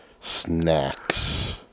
snacks